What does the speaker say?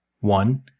One